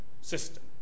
system